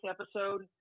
episode